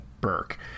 Burke